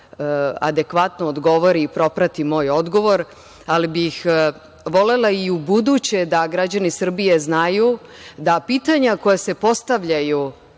adekvatno odgovori i proprati moj odgovor. Volela bih da i ubuduće građani Srbije znaju da pitanja koja se postavljaju